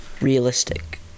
realistic